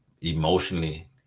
emotionally